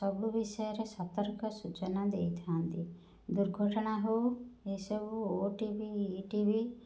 ସବୁ ବିଷୟରେ ସତର୍କ ସୂଚନା ଦେଇଥାନ୍ତି ଦୁର୍ଘଟଣା ହଉ ଏସବୁ ଓଟିଭି ଇଟିଭି